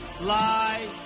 lie